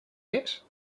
yet